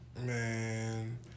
Man